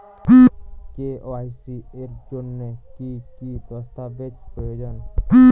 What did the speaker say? KYC এর জন্যে কি কি দস্তাবেজ প্রয়োজন?